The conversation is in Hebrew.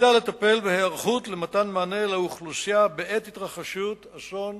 שתפקידה לטפל בהיערכות למתן מענה לאוכלוסייה בעת התרחשות אסון